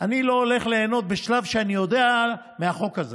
אני לא הולך ליהנות מהחוק הזה